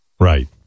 Right